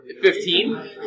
Fifteen